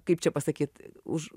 kaip čia pasakyt už